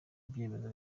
ibyemezo